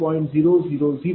985739।20